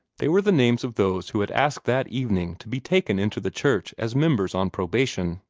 they were the names of those who had asked that evening to be taken into the church as members on probation.